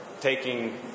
taking